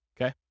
okay